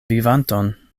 vivanton